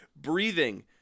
breathing